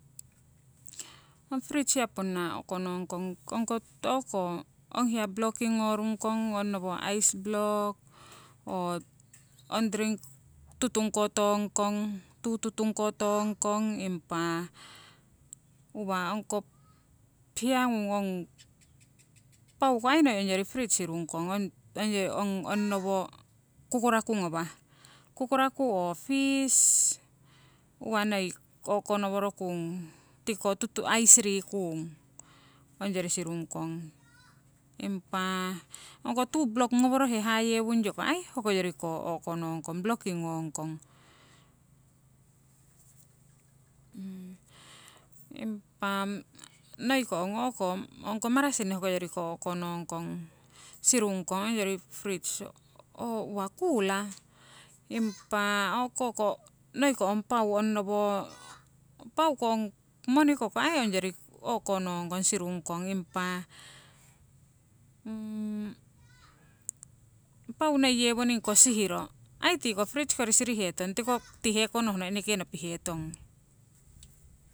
Ong fridge hiya ponna o'ko nongkong ongko o'ko ong hiya blocking ngorung kong, ong nowo ice block oo ong drink tutung kotongkong, tuu tutung ko tongkong, impa uwa ongko hiya ngung ong pau ko aii noi ongyori fridge sirung kong, ong onnowo kukuraku ngawha, kukuraku or fish uwa noi o'konoworokung tikiko tutu ice rikung ongyori sirungkong. Impa ong ko tuu block ngoworohe hayewungyo aii hokoyori o'konongkong blocking ngongkong sirung kong. impa noi ko ong o'ko ong marasin, hokoyori ko o'konongkong sirungkong hoyori fridge, oo uwa cooler? impa o'ko ko noi ko ong pau onnowo pau ko ong moniko ko aii ongyori o'konongkong sirungkong. Impa pau noi yewoning ko sihiro aii tiko fridge kori sirihetong tiko tii hekonohno nopihetong.